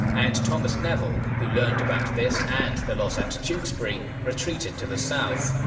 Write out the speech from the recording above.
and thomas neville, who learned about this and the loss at tewkesbury retreated to the south.